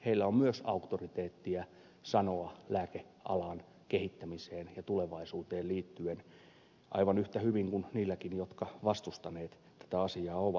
heillä on myös auktoriteettia sanoa lääkealan kehittämiseen ja tulevaisuuteen liittyen aivan yhtä hyvin kuin niilläkin jotka vastustaneet tätä asiaa ovat